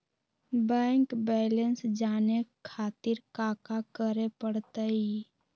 Bank balance जाने खातिर काका करे पड़तई?